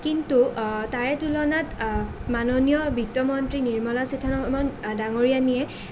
কিন্তু তাৰে তুলনাত মাননীয় বিত্ত মন্ত্ৰী নিৰ্মলা সীতাৰমণ ডাঙৰীয়ানীয়ে